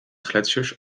gletsjers